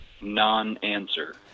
non-answer